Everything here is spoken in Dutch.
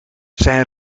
zijn